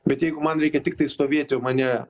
bet jeigu man reikia tiktai stovėti o mane